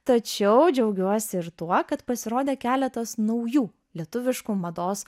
tačiau džiaugiuosi ir tuo kad pasirodė keletas naujų lietuviškų mados